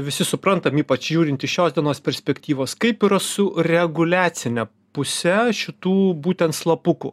visi suprantam ypač žiūrint iš šios dienos perspektyvos kaip yra su reguliacine puse šitų būtent slapukų